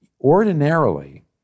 ordinarily